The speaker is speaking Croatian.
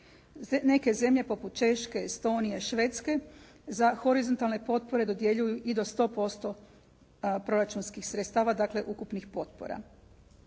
Neke zemlje poput Češke, Estonije, Švedske, za horizontalne potpore dodjeljuju i do 100% proračunskih sredstava, dakle, ukupnih potpora.